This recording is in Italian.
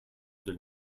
del